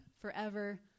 forever